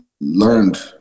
learned